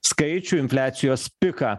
skaičių infliacijos piką